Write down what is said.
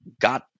got –